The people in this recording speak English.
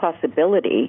possibility